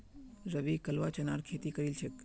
रवि कलवा चनार खेती करील छेक